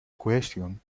question